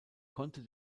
konnte